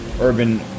urban